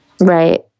right